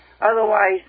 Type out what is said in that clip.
Otherwise